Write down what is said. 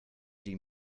die